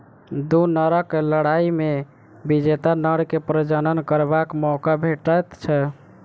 दू नरक लड़ाइ मे विजेता नर के प्रजनन करबाक मौका भेटैत छै